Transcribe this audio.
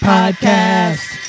Podcast